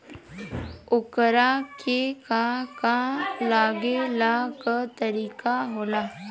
ओकरा के का का लागे ला का तरीका होला?